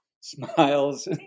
smiles